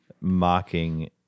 mocking